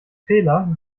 fehler